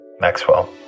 Maxwell